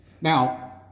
Now